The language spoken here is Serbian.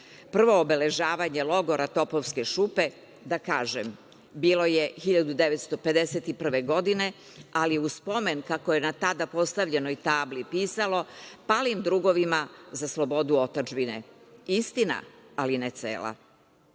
obeležavanje logora Topovske šupe, da kažem, bilo je 1951. godine, ali uz spomen, kako je tada na postavljenoj tabli pisalo „Palim drugovima za slobodu otadžbine“. Istina, ali ne cela.